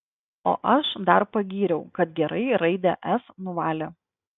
o aš dar pagyriau kad gerai raidę s nuvalė